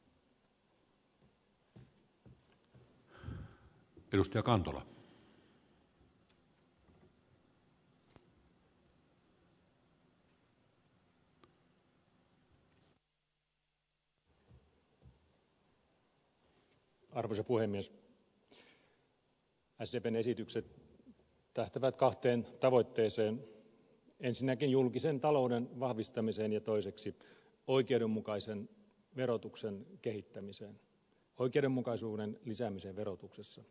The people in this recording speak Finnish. sdpn esitykset tähtäävät kahteen tavoitteeseen ensinnäkin julkisen talouden vahvistamiseen ja toiseksi oikeudenmukaisen verotuksen kehittämiseen oikeudenmukaisuuden lisäämiseen verotuksessa